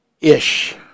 Ish